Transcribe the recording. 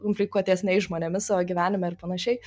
komplikuotesniais žmonėmis savo gyvenime ir panašiai